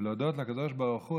ולהודות לקדוש ברוך הוא,